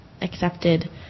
accepted